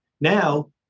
Now